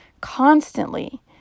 constantly